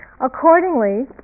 Accordingly